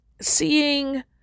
seeing